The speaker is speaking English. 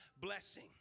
blessing